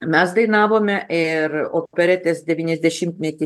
mes dainavome ir operetės devyniasdešimtmetį